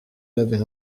l’avais